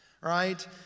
right